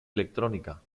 electrónica